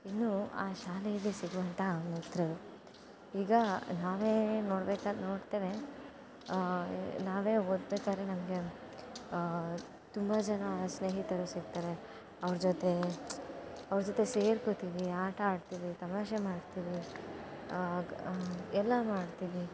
ಇನ್ನು ಆ ಶಾಲೆಯಲ್ಲಿ ಸಿಗುವಂತ ಮಿತ್ರರು ಈಗ ನಾವೇ ನೋಡ್ಬೇಕಾದ ನೋಡ್ತೇವೆ ನಾವೇ ಓದಬೇಕಾದ್ರೆ ನಮಗೆ ತುಂಬ ಜನ ಸ್ನೇಹಿತರು ಸಿಗ್ತಾರೆ ಅವ್ರ ಜೊತೆ ಅವ್ರ ಜೊತೆ ಸೇರ್ಕೋತಿವಿ ಆಟ ಆಡ್ತೀವಿ ತಮಾಷೆ ಮಾಡ್ತೀವಿ ಎಲ್ಲ ಮಾಡ್ತೀವಿ